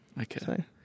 Okay